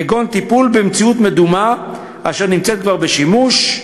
כגון טיפול במציאות מדומה, אשר נמצא כבר בשימוש,